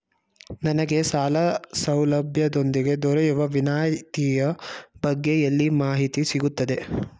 ನನಗೆ ಸಾಲ ಸೌಲಭ್ಯದೊಂದಿಗೆ ದೊರೆಯುವ ವಿನಾಯತಿಯ ಬಗ್ಗೆ ಎಲ್ಲಿ ಮಾಹಿತಿ ಸಿಗುತ್ತದೆ?